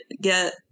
get